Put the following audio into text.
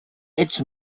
ets